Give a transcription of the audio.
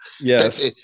Yes